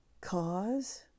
cause